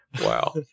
wow